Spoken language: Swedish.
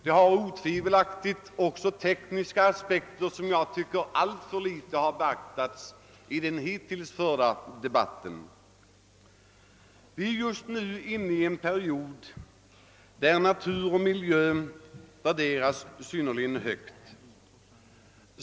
Den har otvivelaktigt även tekniska aspekter, som jag tycker alltför litet har beaktats i den hittills förda debatten. Vi är just nu inne i en period, där natur och miljö värderas synnerligen högt.